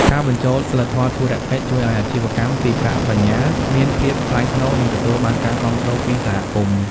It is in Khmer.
ការបញ្ចូល "សីលធម៌ធុរកិច្ច" ជួយឱ្យអាជីវកម្មពីប្រាក់បញ្ញើមានភាពថ្លៃថ្នូរ និងទទួលបានការគាំទ្រពីសហគមន៍។